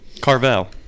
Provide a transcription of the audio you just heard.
Carvel